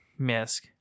Misk